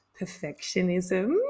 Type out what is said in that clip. perfectionism